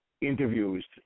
interviews